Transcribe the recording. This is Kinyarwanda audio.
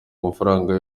amafaranga